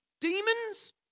demons